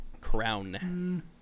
Crown